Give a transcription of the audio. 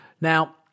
Now